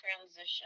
transition